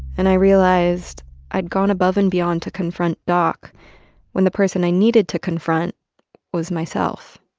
and i realized i'd gone above and beyond to confront doc when the person i needed to confront was myself.